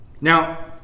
Now